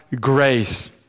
grace